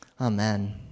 Amen